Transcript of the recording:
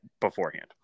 beforehand